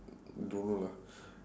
don't know lah